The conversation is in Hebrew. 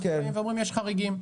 אנחנו אומרים שיש חריגים.